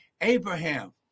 Abraham